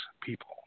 people